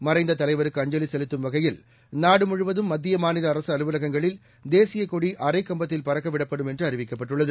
மறைந்த தலைவருக்கு அஞ்சலி செலுத்தும் வகையில் நாடுமுழுவதும் மத்திய மாநில அரசு அலுவலகங்களில் தேசியக் கொடி அரைக்கம்பத்தில் பறக்க விடப்படும் என்று அறிவிக்கப்பட்டுள்ளது